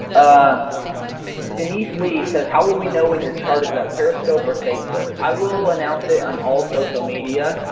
um denise lee says, how will we know when your chart is at periscope or facebook? i will announce it on all social media,